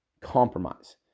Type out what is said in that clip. Compromise